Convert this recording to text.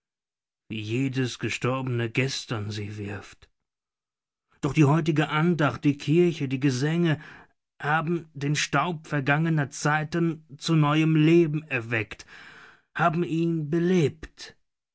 jedes gestorbene gestern sie wirft doch die heutige andacht die kirche die gesänge haben den staub vergangener zeiten zu neuem leben erweckt haben ihn belebt